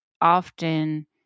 often